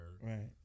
Right